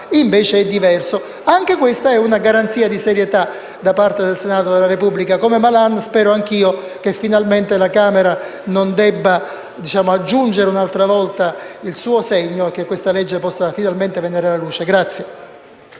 allora è diverso. Anche questa è una garanzia di serietà da parte del Senato della Repubblica. Come il senatore Malan, spero anch'io che finalmente la Camera non debba aggiungere un'altra volta il suo segno e che finalmente questa legge possa venire alla luce.